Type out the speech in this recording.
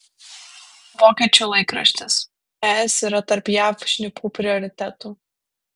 vokiečių laikraštis es yra tarp jav šnipų prioritetų